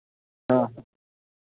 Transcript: ᱦᱮᱸ